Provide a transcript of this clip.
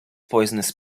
poisonous